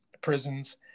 prisons